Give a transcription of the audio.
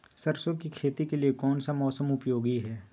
सरसो की खेती के लिए कौन सा मौसम उपयोगी है?